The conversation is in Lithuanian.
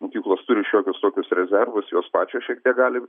mokyklos turi šiokius tokius rezervus jos pačios šiek tiek gali